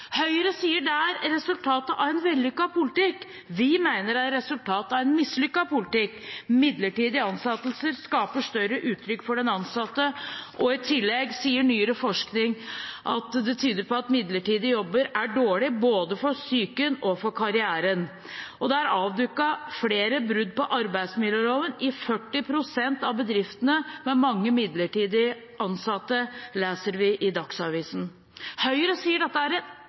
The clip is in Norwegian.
Høyre sier det er resultatet av en vellykket politikk. Vi mener det er resultatet av en mislykket politikk. Midlertidige ansettelser skaper større utrygghet for de ansatte. I tillegg sier nyere forskning at det tyder på at midlertidige jobber er dårlig både for psyken og for karrieren. Det er avduket flere brudd på arbeidsmiljøloven i 40 pst. av bedriftene med mange midlertidig ansatte, leser vi i Dagsavisen. Høyre sier dette er